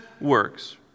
works